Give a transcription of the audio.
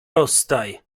rozstaj